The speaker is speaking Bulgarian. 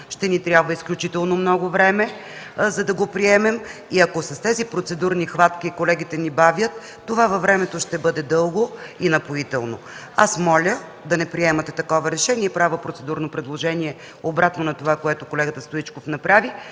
ще ни трябва изключително много време, за да го приемем. Ако с тези процедурни хватки колегите ни бавят, това във времето ще бъде дълго и напоително. Моля да не приемате такова решение! Правя процедурно предложение, обратно на това, което колегата Стоичков направи,